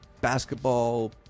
basketball